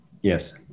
Yes